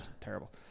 Terrible